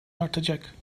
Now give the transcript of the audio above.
artacak